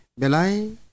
belai